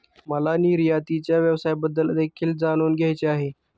मला निर्यातीच्या व्यवसायाबद्दल देखील जाणून घ्यायचे आहे